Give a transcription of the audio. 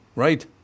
right